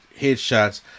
headshots